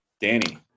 Danny